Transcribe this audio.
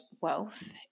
wealth